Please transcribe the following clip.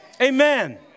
Amen